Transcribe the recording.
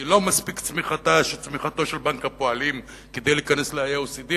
כי לא מספיקה צמיחתו של בנק הפועלים כדי להיכנס ל-OECD,